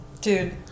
dude